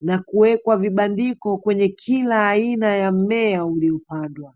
na kuwekwa vibandiko kwenye kila aina ya mmea uliopandwa.